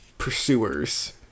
pursuers